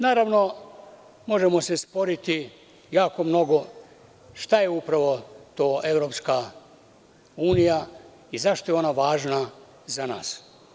Naravno, možemo se sporiti jako mnogo oko toga šta je EU i zašto je ona važna za nas.